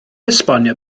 esbonio